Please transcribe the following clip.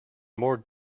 more